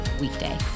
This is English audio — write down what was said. weekday